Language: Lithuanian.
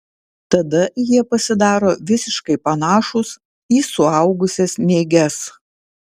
tada jie pasidaro visiškai panašūs į suaugusias nėges